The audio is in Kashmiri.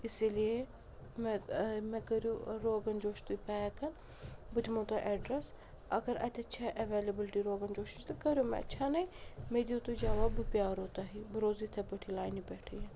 اسی لیے مےٚ ٲں مےٚ کٔرِو روغن جوش تُہۍ پیک بہٕ دِمو تۄہہِ ایٚڈرَس اگر اَتیٚتھ چھِ ایٚولیبٕلٹی روغن جوشِچۍ تہٕ کٔرِو مےٚ چھ نٔے مےٚ دِیِو تُہۍ جواب بہٕ پیٛارو تۄہہِ بہٕ روزٕ یِتھٔے پٲٹھی لاینہِ پٮ۪ٹھٕے